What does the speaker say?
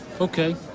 Okay